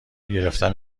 گرفتن